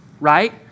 right